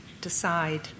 decide